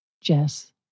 Jess